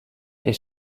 est